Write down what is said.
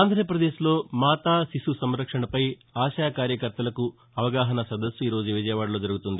ఆంధ్రాపదేశ్లో మాతా శిశు సంరక్షణపై ఆశా కార్యకర్తలకు అవగాహనా సదస్సు ఈ రోజు విజయవాడలో జరుగుతుంది